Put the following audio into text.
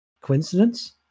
Coincidence